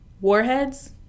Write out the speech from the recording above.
Warheads